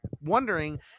wondering